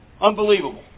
Unbelievable